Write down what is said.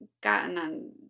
gotten